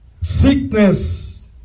sickness